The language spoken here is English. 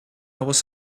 was